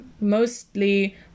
mostly